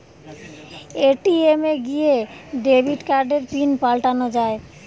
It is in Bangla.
এ.টি.এম এ গিয়ে ডেবিট কার্ডের পিন পাল্টানো যায়